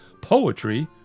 Poetry